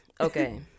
okay